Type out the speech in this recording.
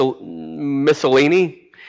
Mussolini